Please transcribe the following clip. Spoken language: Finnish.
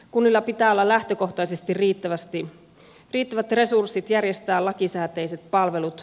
kunnilla pitää olla lähtökohtaisesti riittävät resurssit järjestää lakisääteiset palvelut